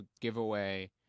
giveaway